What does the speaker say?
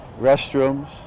restrooms